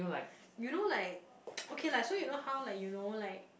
you know like okay lah so you know how like you know like